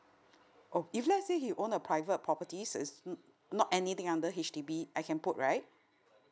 if let say he own a private properties is not anything under H_D_B I can put right